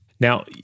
Now